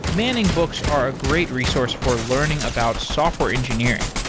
manning books are a great resource for learning about software engineering.